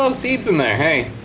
um seeds in there. hey